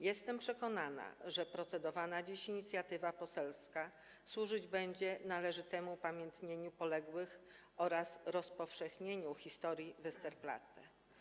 Jestem przekonana, że procedowana dziś inicjatywa służyć będzie należytemu upamiętnieniu poległych oraz rozpowszechnieniu historii Westerplatte.